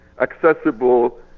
accessible